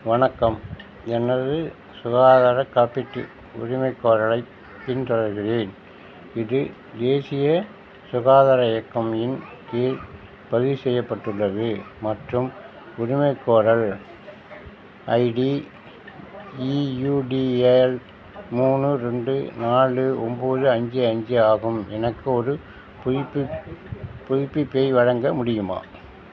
வணக்கம் எனது சுகாதார காப்பீட்டு உரிமைக் கோரலைப் பின்தொடர்கின்றேன் இது தேசிய சுகாதார இயக்கம் இன் கீழ் பதிவு செய்யப்பட்டுள்ளது மற்றும் உரிமைக் கோரல் ஐடி இயூடிஏஎல் மூணு ரெண்டு நாலு ஒன்போது அஞ்சு அஞ்சு ஆகும் எனக்கு ஒரு புதுப்பிப் புதுப்பிப்பை வழங்க முடியுமா